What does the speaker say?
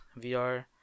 VR